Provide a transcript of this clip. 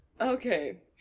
Okay